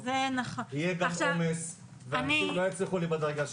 יהיה גם עומס ואנשים לא יצליחו --- זה נכון.